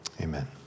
Amen